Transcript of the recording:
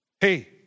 hey